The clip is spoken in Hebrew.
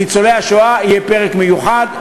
לניצולי השואה יהיה פרק מיוחד,